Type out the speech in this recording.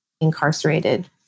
incarcerated